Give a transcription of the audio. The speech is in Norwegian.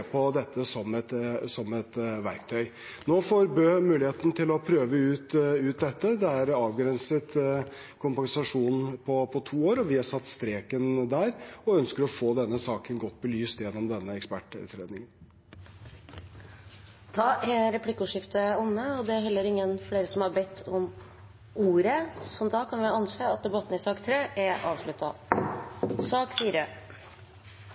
på dette som et verktøy. Nå får Bø muligheten til prøve ut dette. Det innebærer avgrenset kompensasjon på to år. Vi har satt streken der, og ønsker å få denne saken godt belyst gjennom denne ekspertutredningen. Replikkordskiftet er omme. Flere har ikke bedt om ordet til sak nr. 3. Etter ønske fra arbeids- og sosialkomiteen vil presidenten ordne debatten